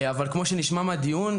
אבל כמו שנשמע מהדיון,